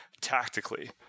Tactically